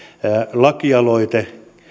lakialoite